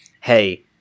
hey